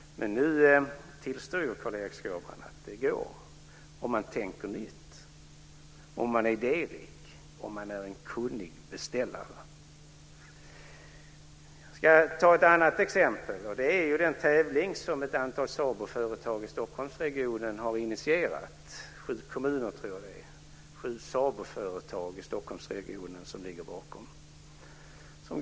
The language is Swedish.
Men nu tillstår Carl-Erik Skårman att det går om man tänker nytt, om man är idérik, om man är en kunnig beställare. Jag ska ta ett annat exempel, och det är den tävling som ett antal SABO-företag i Stockholmsregionen har initierat. Sju SABO-företag i Stockholmsregionen tror jag det är som ligger bakom.